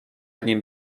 nim